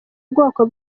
ubwoko